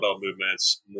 movements